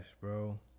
bro